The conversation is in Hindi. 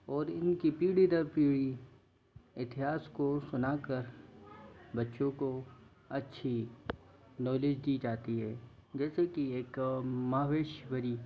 और इनकी पीढ़ी दर पीढ़ी इतिहास को सुनाकर बच्चों को अच्छी नॉलेज दी जाती है जैसे कि एक माहेश्वरी